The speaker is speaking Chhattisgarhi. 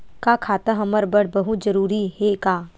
का खाता हमर बर बहुत जरूरी हे का?